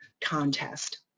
contest